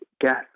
gas